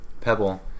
Pebble